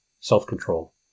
self-control